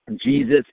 Jesus